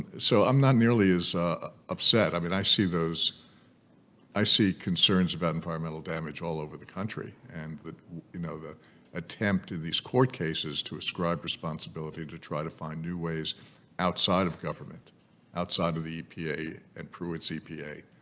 so i'm not nearly as upset i mean i see those i see concerns about environmental damage all over the country and the you know the attempt in these court cases to ascribe responsibility to try to find new ways outside of government outside of the epa and pruitt's epa